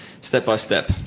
Step-by-step